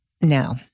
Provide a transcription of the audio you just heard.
No